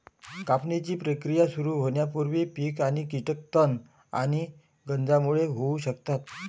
कापणीची प्रक्रिया सुरू होण्यापूर्वी पीक आणि कीटक तण आणि गंजांमुळे होऊ शकतात